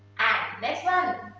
and next one,